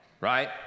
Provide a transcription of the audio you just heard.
right